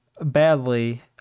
badly